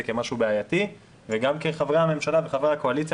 כמשהו בעייתי וגם כחברי הממשלה וחברי הקואליציה,